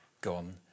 gone